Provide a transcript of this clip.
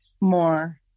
more